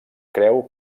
creu